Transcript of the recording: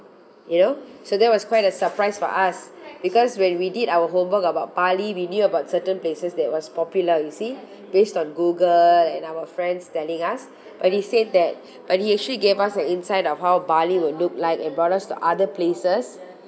you know so that was quite a surprise for us because when we did our homework about bali we knew about certain places that was popular you see based on google and our friends telling us but he said that but he actually gave us an insight of how bali will look like and brought us to other places